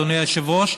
אדוני היושב-ראש,